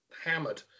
hammered